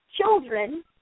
children